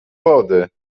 wody